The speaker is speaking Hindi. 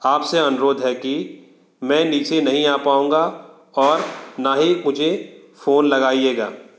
आप से अनुरोध है कि मैं नीचे नहीं आ पाऊंगा और ना ही मुझे फ़ोन लगाइएगा